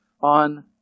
on